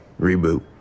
reboot